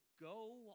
go